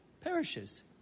perishes